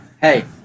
Hey